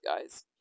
guys